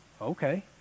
Okay